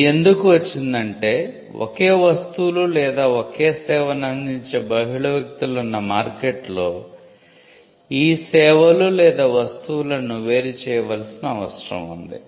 ఇది ఎందుకు వచ్చిందంటే ఒకే వస్తువులు లేదా ఒకే సేవను అందించే బహుళ వ్యక్తులు ఉన్న మార్కెట్లో ఈ సేవలు లేదా వస్తువులను వేరు చేయవలసిన అవసరం ఉంది